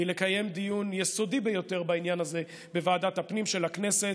היא לקיים דיון יסודי ביותר בעניין הזה בוועדת הפנים של הכנסת,